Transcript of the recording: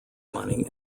money